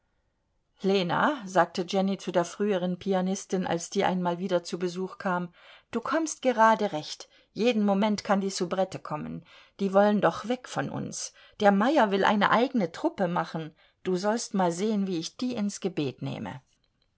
lena sagte jenny zu der früheren pianistin als die einmal wieder zu besuch kam du kommst gerade recht jeden moment kann die soubrette kommen die wollen doch weg von uns der meyer will eine eigene truppe machen du sollst mal sehen wie ich die ins gebet nehme